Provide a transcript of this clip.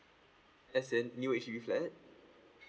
as in new H_D_B flat